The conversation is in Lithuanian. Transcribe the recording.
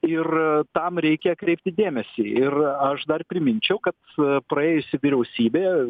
ir tam reikia kreipti dėmesį ir aš dar priminčiau kad praėjusi vyriausybė